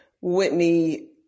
Whitney